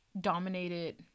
dominated